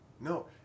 No